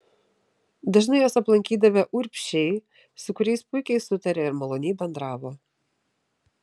dažnai juos aplankydavę urbšiai su kuriais puikiai sutarė ir maloniai bendravo